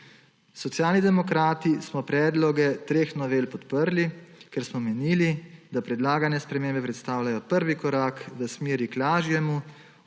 Socialni demokrati smo predloge treh novel podprli, ker smo menili, da predlagane spremembe predstavljajo prvi korak v smeri k lažjemu